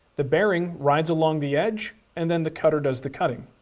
the bearing rides along the edge and then the cutter does the cutting.